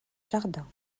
jardins